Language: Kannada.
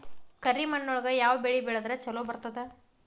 ಕರಿಮಣ್ಣೊಳಗ ಯಾವ ಬೆಳಿ ಬೆಳದ್ರ ಛಲೋ ಬರ್ತದ?